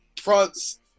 France